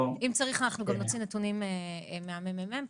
אם צריך אנחנו גם נוציא נתונים מהממ"מ פה.